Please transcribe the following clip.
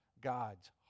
God's